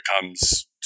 becomes